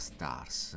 Stars